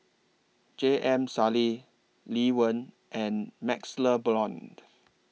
J M Sali Lee Wen and MaxLe Blond